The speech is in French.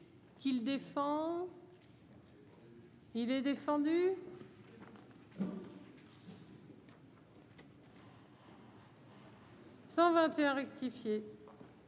Il est défendu. 121 rectifié.